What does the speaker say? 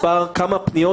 ואז ההפך - במצב כזה,